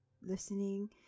listening